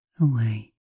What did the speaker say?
away